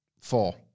Four